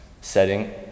setting